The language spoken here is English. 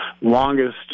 longest